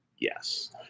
Yes